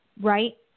right